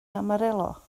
amarillo